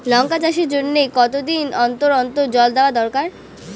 লঙ্কা চাষের জন্যে কতদিন অন্তর অন্তর জল দেওয়া দরকার?